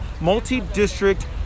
multi-district